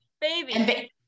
baby